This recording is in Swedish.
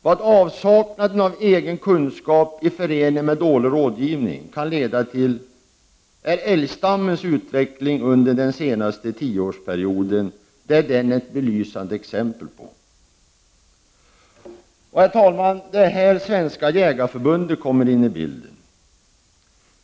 Vad avsaknaden av egen kunskap, i förening med dålig rådgivning, kan leda till är älgstammens utveckling under den senaste tioårsperioden ett belysande exempel på. Det är här Svenska jägareförbundet kommer in i bilden.